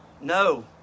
No